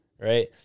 right